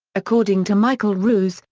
according to michael ruse,